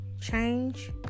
change